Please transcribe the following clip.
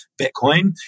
Bitcoin